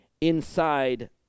inside